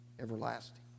everlasting